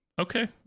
okay